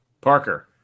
parker